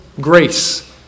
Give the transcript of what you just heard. grace